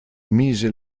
mise